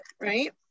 right